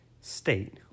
state